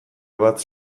bat